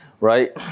right